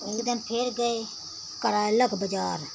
एक दिन फिर गए करैलक बाजार